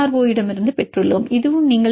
ஓவிடமிருந்து பெற்றுள்ளோம் இதுவும் நீங்கள் பி